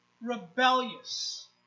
Rebellious